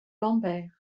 lambert